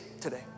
today